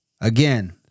again